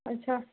अच्छा